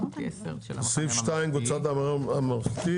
הסתייגויות לסעיף 2 קבוצת המחנה הממלכתי